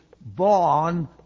born